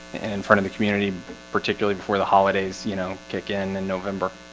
in front of the community particularly before the holidays, you know kick in in november